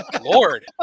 Lord